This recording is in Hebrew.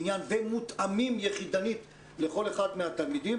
עניין ומותאמים יחידנית לכל אחד מהתלמידים,